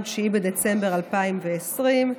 9 בדצמבר 2020,